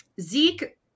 Zeke